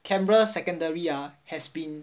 canberra secondary ah has been